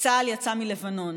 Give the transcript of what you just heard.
צה"ל יצא מלבנון.